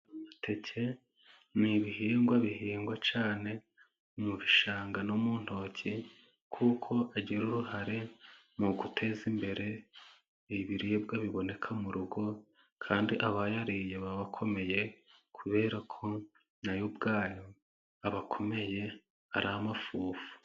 Iteke ni ibihingwa bihingwa cyane mu bishanga no mu ntoki kuko agira uruhare mu guteza imbere ibiribwa biboneka mu rugo kandi abayariye baba bakomeye kubera ko na yo ubwayo aba akomeye ari amafufu.